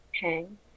hang